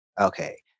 okay